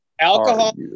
alcohol